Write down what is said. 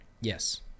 Yes